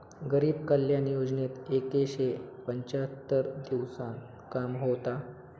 गरीब कल्याण योजनेत एकशे पंच्याहत्तर दिवसांत काम होता